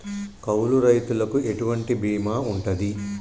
కౌలు రైతులకు ఎటువంటి బీమా ఉంటది?